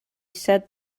said